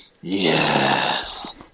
Yes